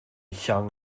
llong